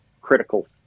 critical